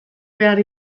behar